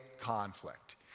conflict